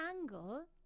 angle